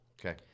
Okay